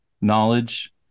knowledge